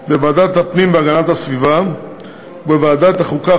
בוועדת הפנים והגנת הסביבה ובוועדת החוקה,